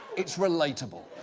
it's relatable.